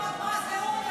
מה עם הטבות מס לאונר"א,